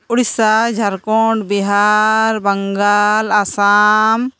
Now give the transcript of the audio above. Odisha Jharkhand Bihar Bengal Assam